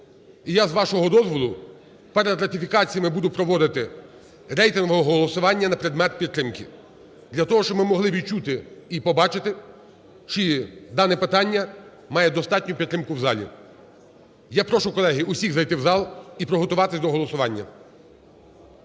я, з вашого дозволу, перед ратифікаціями я буду проводити рейтингове голосування на предмет підтримки для того, щоб ми могли відчути і побачити, чи дане питання має достатню підтримку в залі. Я прошу, колеги, усіх зайти в зал і приготуватися до голосування.